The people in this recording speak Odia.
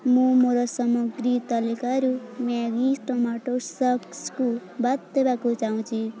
ମୁଁ ମୋର ସାମଗ୍ରୀ ତାଲିକାରୁ ମ୍ୟାଗି ଟମାଟୋ ସସ୍କୁ ବାଦ ଦେବାକୁ ଚାହୁଁଛି